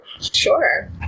sure